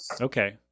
Okay